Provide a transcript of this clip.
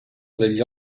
degli